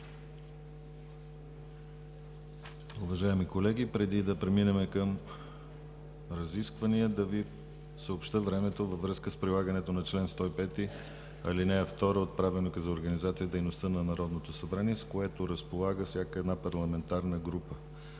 Уважаеми колеги, преди да преминем към разисквания да Ви съобщя времето във връзка с прилагането на чл. 105, ал. 2 от Правилника за организацията и дейността на Народното събрание с което разполага всяка една парламентарна група: